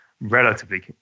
relatively